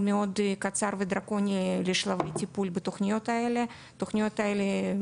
קצר ודרקוני לשלבי טיפול בתוכניות האלה,